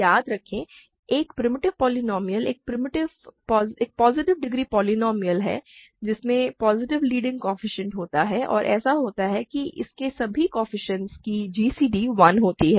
याद रखें एक प्रिमिटिव पोलीनोमिअल एक पॉजिटिव डिग्री पोलीनोमिअल है जिसमें पॉजिटिव लीडिंग कोएफ़िशिएंट होता है और ऐसा होता है कि इसके सभी कोएफ़िशिएंटस का जीसीडी 1 होता है